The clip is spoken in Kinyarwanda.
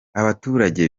abaturage